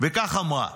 וכך אמרה: